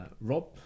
Rob